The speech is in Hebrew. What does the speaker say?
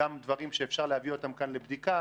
גם דברים שאפשר להביא אותם כאן לבדיקה.